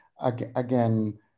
again